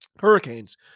Hurricanes